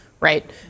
Right